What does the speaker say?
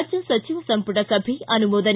ರಾಜ್ಯ ಸಚಿವ ಸಂಪುಟ ಸಭೆ ಅನುಮೋದನೆ